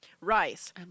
Rice